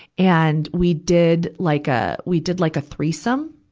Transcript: and we did like a, we did like a threesome.